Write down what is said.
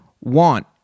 want